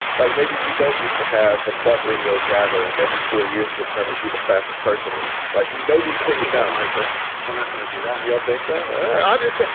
like maybe we don't need to have a quadrennial gathering every four years to determine who the fastest person is like we know these things now and likely we're not going to do that. yeah so. i just said